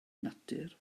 natur